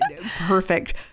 Perfect